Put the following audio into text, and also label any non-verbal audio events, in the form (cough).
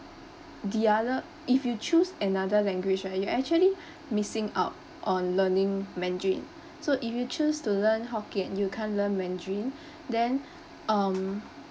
the other if you choose another language right you actually missing out on learning mandarin so if you choose to learn hokkien you can't learn mandarin (breath) then (breath) um